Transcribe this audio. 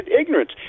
ignorance